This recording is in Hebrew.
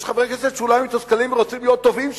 יש חברי כנסת שאולי מתוסכלים ורוצים להיות תובעים,